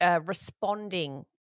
responding